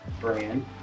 brand